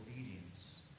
obedience